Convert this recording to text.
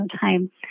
time